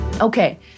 Okay